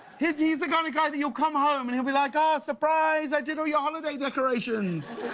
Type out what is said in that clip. he's he's like ah and kind of the will come home and he'll be, like, oh, surprise, i did all your holiday decorations.